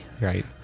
right